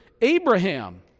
Abraham